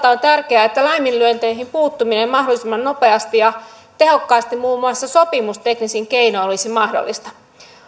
osalta on tärkeää että laiminlyönteihin puuttuminen mahdollisimman nopeasti ja tehokkaasti muun muassa sopimusteknisin keinoin olisi mahdollista